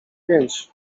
pięć